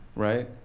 right?